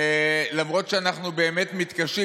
למרות שאנחנו באמת מתקשים,